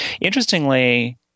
Interestingly